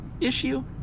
issue